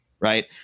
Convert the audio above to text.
Right